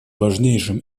важнейшим